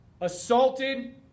assaulted